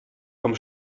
vom